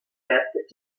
adrift